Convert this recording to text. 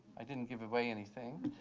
i didn't give away anything.